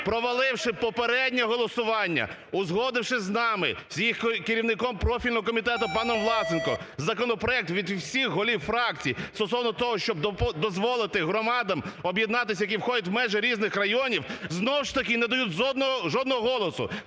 проваливши попереднє голосування, узгодивши з нами, з їх керівником профільного комітету паном Власенком законопроект від всіх голів фракцій стосовно того, щоб дозволити громадам об'єднатися, які входять в межі різних районів, знову ж таки не дають жодного голосу.